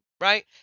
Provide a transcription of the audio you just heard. right